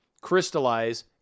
crystallize